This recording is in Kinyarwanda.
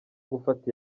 gufata